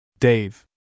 Dave